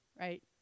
right